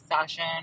session